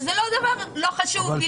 שזה לא דבר בלתי חשוב.